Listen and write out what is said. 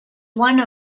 one